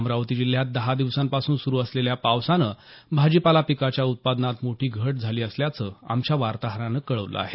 अमरावती जिल्ह्यात दहा दिवसांपासून सुरू असलेल्या पावसानं भाजीपाला पिकाच्या उत्पादनात मोठी घट झाली असल्याचं आमच्या वार्ताहरानं म्हटलं आहे